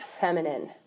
feminine